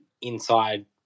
inside